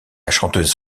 chanteuse